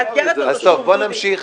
נמשיך